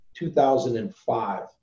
2005